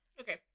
Okay